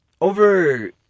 over